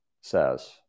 says